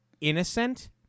innocent